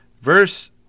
verse